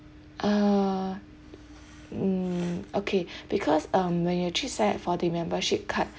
uh mm okay because um when you actually sign up for the membership card